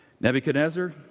Nebuchadnezzar